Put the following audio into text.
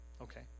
Okay